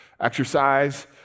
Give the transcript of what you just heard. exercise